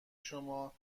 شما